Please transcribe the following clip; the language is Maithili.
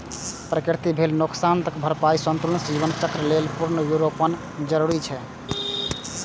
प्रकृतिक भेल नोकसानक भरपाइ आ संतुलित जीवन चक्र लेल पुनर्वनरोपण जरूरी छै